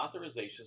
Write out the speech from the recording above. authorizations